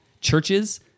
churches